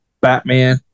Batman